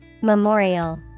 Memorial